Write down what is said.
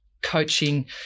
Coaching